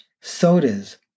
sodas